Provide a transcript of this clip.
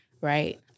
right